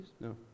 No